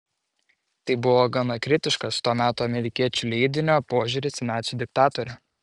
tai buvo gana kritiškas to meto amerikiečių leidinio požiūris į nacių diktatorių